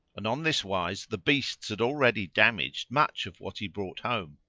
and on this wise the beasts had already damaged much of what he brought home.